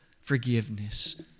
Forgiveness